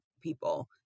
people